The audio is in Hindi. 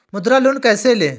मुद्रा लोन कैसे ले?